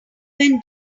man